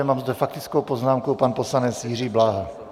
Mám zde faktickou poznámku pan poslanec Jiří Bláha.